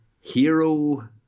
hero